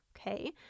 Okay